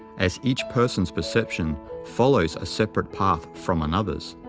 as each person's perception follows a separate path from another's.